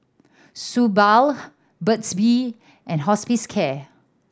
Suu Balm Burt's Bee and Hospicare